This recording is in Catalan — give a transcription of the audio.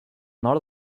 nord